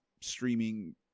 streaming